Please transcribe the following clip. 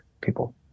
people